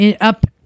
Up